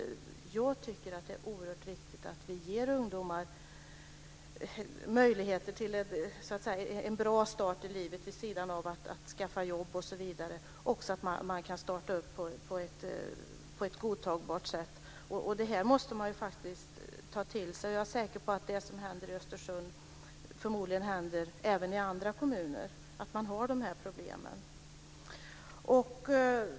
Jag tycker att det är oerhört viktigt att vi ger ungdomar möjligheter till en bra start i livet, vid sidan av möjligheten att skaffa jobb osv., på ett godtagbart sätt. Det här måste vi ta till oss. Jag är säker på att man även i andra kommuner har de problem som man har i Östersund.